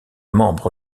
membre